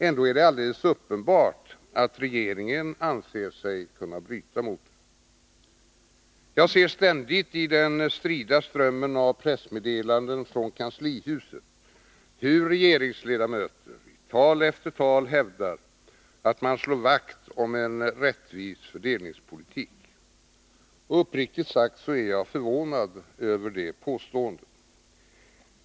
Ändå är det alldeles uppenbart att regeringen anser sig kunna bryta mot den. Jag ser ständigt i den strida strömmen av pressmeddelanden från kanslihuset hur regeringsledamöter i tal efter tal hävdar att man slår vakt om en rättvis fördelningspolitik. Uppriktigt sagt är jag förvånad över detta påstående.